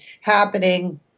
happening